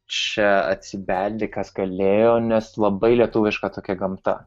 čia atsibeldė kas galėjo nes labai lietuviška tokia gamta